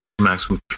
maximum